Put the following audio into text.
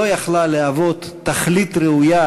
ולא הייתה יכולה להוות תכלית ראויה,